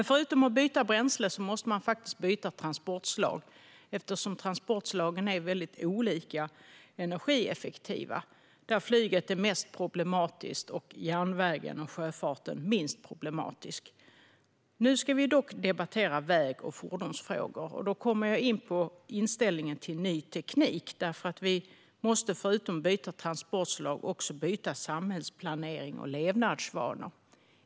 Förutom att byta bränsle måste man byta transportslag, eftersom transportslagen är olika mycket energieffektiva. Där är flyget mest problematiskt och järnvägen och sjöfarten minst problematiska. Nu ska vi dock debattera väg och fordonsfrågor, och då kommer jag in på inställningen till ny teknik. Förutom att byta transportslag måste vi byta samhällsplanering och levnadsvanor.